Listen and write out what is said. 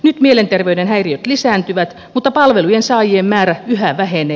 nyt mielenterveyden häiriöt lisääntyvät mutta palvelujen saajien määrä yhä vähenee